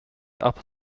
upper